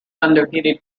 undefeated